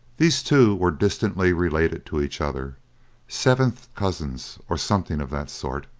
these two were distantly related to each other seventh cousins, or something of that sort.